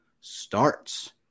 starts